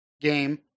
game